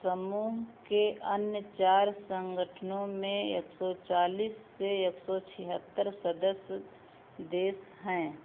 समूह के अन्य चार संगठनों में एक सौ चालीस से एक सौ छिहत्तर सदस्य देश हैं